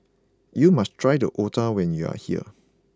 you must try the Otah when you are here